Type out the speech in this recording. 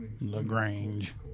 LaGrange